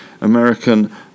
American